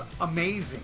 amazing